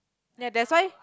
ya that's why